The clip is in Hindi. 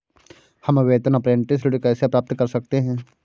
हम वेतन अपरेंटिस ऋण कैसे प्राप्त कर सकते हैं?